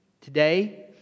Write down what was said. today